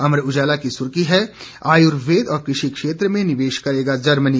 अमर उजाला की सुर्खी है आयुर्वेद और कृषि क्षेत्र में निवेश करेगा जर्मनी